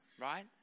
right